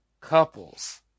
couples